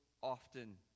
often